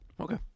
Okay